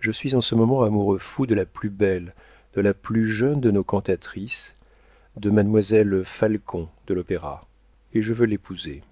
je suis en ce moment amoureux fou de la plus belle de la plus jeune de nos cantatrices de mademoiselle falcon de l'opéra et je veux l'épouser